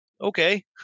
okay